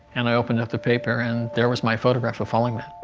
and i opened up the paper, and there was my photograph of following that